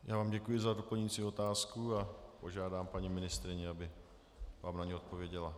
Já vám děkuji za doplňující otázku a požádám paní ministryni, aby vám na ni odpověděla.